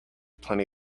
plenty